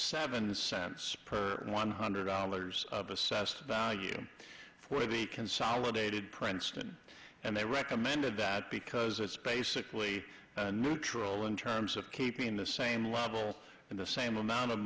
seven cents per one hundred dollars of assessed value for the consolidated princeton and they recommended that because it's basically a neutral in terms of keeping the same level and the same amount of